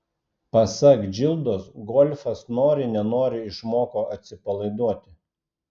pasak džildos golfas nori nenori išmoko atsipalaiduoti